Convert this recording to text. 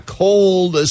cold